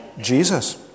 jesus